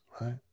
right